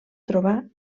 trobar